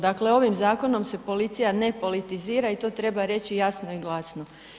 Dakle, ovim zakonom se policija ne politizira i to treba reći jasno i glasno.